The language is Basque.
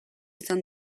izan